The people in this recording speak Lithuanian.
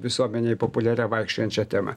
visuomenėj populiaria vaikščiojančia tema